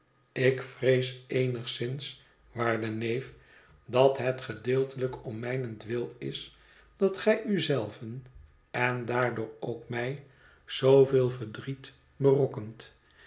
ik vrees eenigszins waarde neef dat het gedeeltelijk om mijnentwil is dat gij u zelven en daardoor ook mij zooveel verdriet berokkent